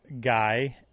guy